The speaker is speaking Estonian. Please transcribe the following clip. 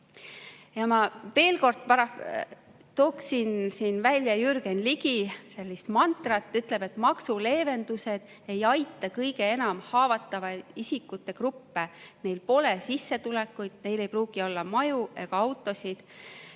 Ma veel kord toon siin välja Jürgen Ligi mantra. Ta ütleb, et maksuleevendused ei aita kõige haavatavamate isikute gruppe. Neil pole sissetulekuid, neil ei pruugi olla maju ega autosid.